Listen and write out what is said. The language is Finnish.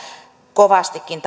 kovastikin